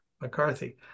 McCarthy